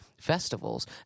festivals